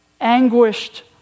anguished